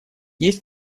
есть